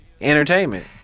entertainment